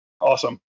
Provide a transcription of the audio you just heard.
Awesome